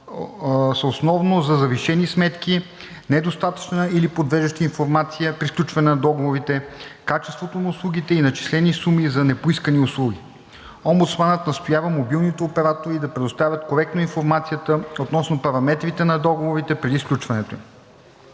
са основно за завишени сметки, недостатъчна или подвеждаща информация при сключване на договорите, качеството на услугите и начислени суми за непоискани услуги. Омбудсманът настоява мобилните оператори да предоставят коректно информацията относно параметрите на договорите преди сключването им.